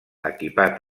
equipat